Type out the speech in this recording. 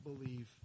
believe